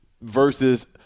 versus